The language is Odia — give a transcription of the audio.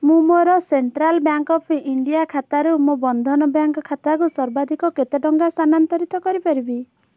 ମୁଁ ମୋର ସେଣ୍ଟ୍ରାଲ୍ ବ୍ୟାଙ୍କ୍ ଅଫ୍ ଇଣ୍ଡିଆ ଖାତାରୁ ମୋ ବନ୍ଧନ ବ୍ୟାଙ୍କ୍ ଖାତାକୁ ସର୍ବାଧିକ କେତେ ଟଙ୍କା ସ୍ଥାନାନ୍ତରିତ କରିପାରିବି